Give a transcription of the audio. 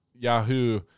Yahoo